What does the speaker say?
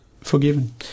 forgiven